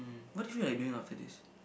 what do you feel like doing after this